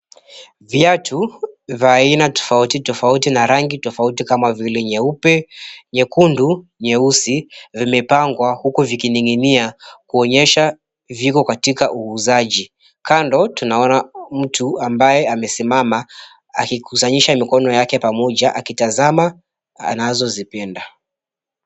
Viatu vya aina tofauti tofauti na rangi tofauti kama vile nyeupe, nyekundu, nyeusi vimepangwa huku vikining'inia kuonyesha viko katika uuzaji, kando tunaona mtu ambaye amesimma akikusanyisha mikono yake pamoja akitazama anazozipenda.